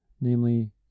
namely